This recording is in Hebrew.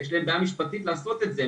יש להם בעיה משפטית לעשות את זה.